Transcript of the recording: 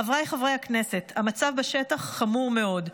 חבריי חברי הכנסת, המצב בשטח חמור מאוד.